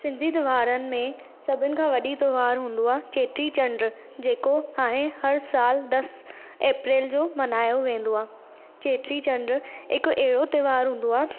सिंधी त्योहारनि में सभिनि खां वॾी त्योहार हूंदो आहे चेटी चंड जेको हाणे हर साल दस अप्रेल जो मनायो वेंदो आहे चेटी चंडु हिकु अहिड़ो त्योहार हूंदो आहे